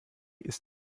ist